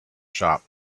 shop